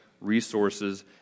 resources